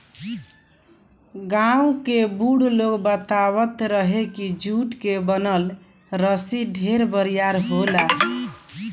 गांव के बुढ़ लोग बतावत रहे की जुट के बनल रसरी ढेर बरियार होला